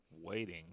waiting